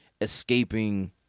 escaping